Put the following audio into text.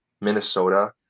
minnesota